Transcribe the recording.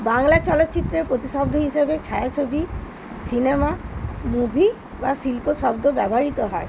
বাংলা চলচ্চিত্রের প্রতিশব্দ হিসেবে ছায়াছবি সিনেমা মুভি বা শিল্প শব্দ ব্যবহিত হয়